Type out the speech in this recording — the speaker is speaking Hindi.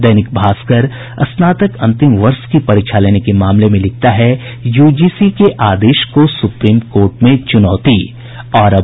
दैनिक भास्कर स्नातक अंतिम वर्ष की परीक्षा लेने के मामले में लिखता है यूजीसी के आदेश को सुप्रीम कोर्ट में चुनौती अर्जी दायर